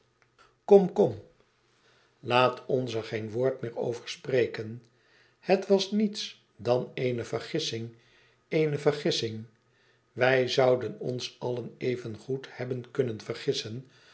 kom kom laat ons er geen woord meer over spreken het was niets dan eene vergissing eene vergissing wij zouden ons allen evengoed hebben kunnen vergissen